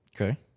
Okay